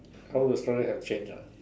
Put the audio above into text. how have changed ah